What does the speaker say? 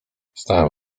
stałem